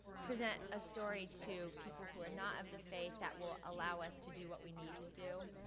present a story to people who are not of the faith that will allow us to do what we need to do.